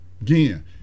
again